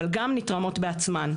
אבל גם נתרמות בעצמן,